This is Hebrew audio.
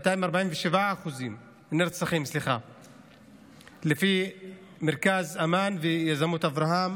247 נרצחים, לפי מרכז אמאן ויוזמות אברהם.